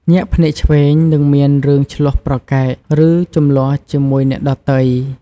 ញាក់ភ្នែកឆ្វេង នឹងមានរឿងឈ្លោះប្រកែក ឬជម្លោះជាមួយអ្នកដទៃ។